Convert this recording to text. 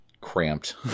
cramped